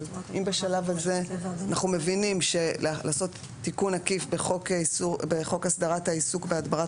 אבל אם בשלב הזה אנחנו מבינים שלעשות תיקון עקיף בחוק הסדרת העיסוק בהדברה